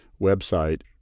website